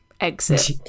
exit